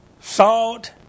salt